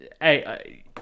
Hey